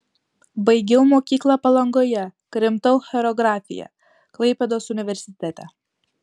baigiau mokyklą palangoje krimtau choreografiją klaipėdos universitete